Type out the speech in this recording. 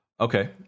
Okay